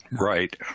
Right